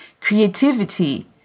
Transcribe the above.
Creativity